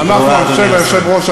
היושב-ראש,